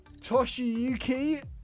Toshiyuki